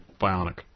Bionic